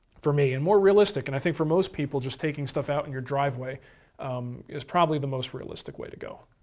for me, and more realistic. and i think for most people just taking stuff out in your driveway is probably the most realistic way to go.